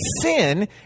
sin